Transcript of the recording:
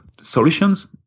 Solutions